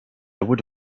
would